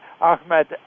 Ahmed